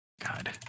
God